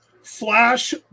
Flash